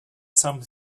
some